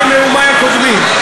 לא היית בנאומי הקודמים.